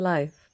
Life